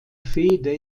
fehde